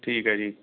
ਠੀਕ ਹੈ ਜੀ